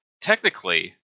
technically